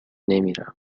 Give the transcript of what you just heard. نمیرم